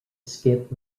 skip